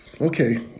Okay